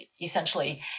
essentially